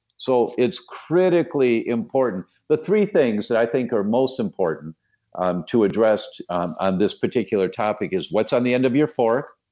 so it's critically important. the three things that i think are most important to address on this particular topic is what's on the end of your fork?